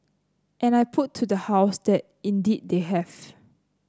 and I put to the House that indeed they have